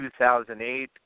2008